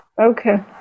okay